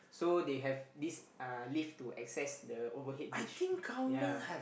so they have this uh lift to access the overhead bridge yeah